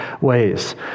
ways